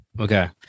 Okay